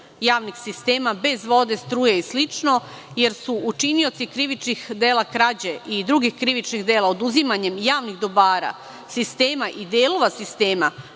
javnih sistema, bez vode, struje i slično, jer su učinioci krivičnih dela krađe i drugih krivičnih dela oduzimanjem javnih dobara, sistema i delova sistema